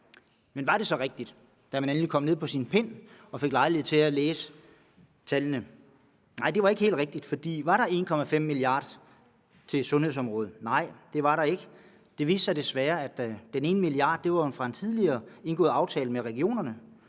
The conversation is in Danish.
Men var det så rigtigt, det man så, da man endelig kom ned på sin pind og fik lejlighed til at læse tallene? Nej, det var ikke helt rigtigt, for var der 1,5 mia. kr. til sundhedsområdet? Nej, det var der ikke. Det viste sig desværre, at den ene milliard var fra en tidligere indgået aftale med regionerne.